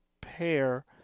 pair